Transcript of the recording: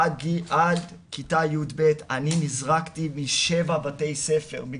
עד כיתה י"ב, אני נזרקתי משבעה בתי ספר.